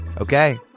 Okay